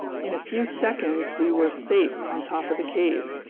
in a few seconds we were safe on top of the cave.